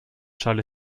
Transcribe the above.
charlie